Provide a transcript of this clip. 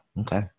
okay